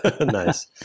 Nice